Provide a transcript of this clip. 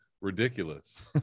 ridiculous